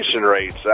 rates